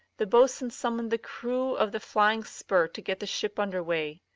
the boatswain summoned the crew of the flying spur to get the ship under way.